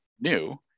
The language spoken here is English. new